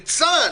בצה"ל,